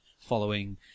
following